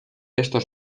estos